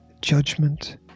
judgment